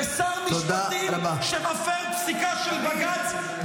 ושר משפטים שמפר פסיקה של בג"ץ -- תודה רבה.